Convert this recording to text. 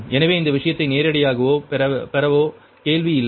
எனவே இந்த விஷயத்தை நேரடியாகவோ பெறவோ கேள்வி இல்லை